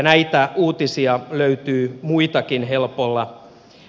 näitä uutisia löytyy muitakin helpolla